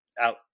out